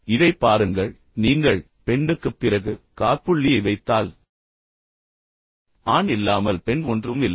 இதைப் பாருங்கள் நீங்கள் பெண்ணுக்குப் பிறகு காற்புள்ளியை வைத்தால் ஆண் இல்லாமல் பெண் ஒன்றும் இல்லை